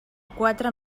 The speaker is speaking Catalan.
quatre